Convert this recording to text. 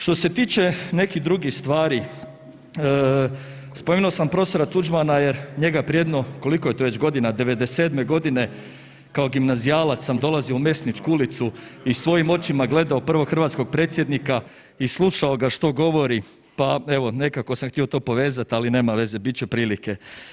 Što se tiče nekih drugih stvari, spomenuo sam prof. Tuđmana jer njega prije jedno, koliko je to već godina, '97. g. kao gimnazijalac sam dolazio u Mesničku ulicu i svojim očima gledao prvog hrvatskog predsjednika i slušao ga što govori pa evo, nekako sam htio to povezat ali nema veze, bit će prilike.